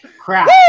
crap